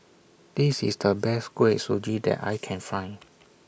This IS The Best Kuih Suji that I Can Find